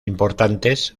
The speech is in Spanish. importantes